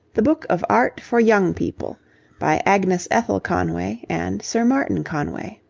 the book of art for young people by agnes ethel conway and sir martin conway